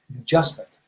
adjustment